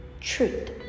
truth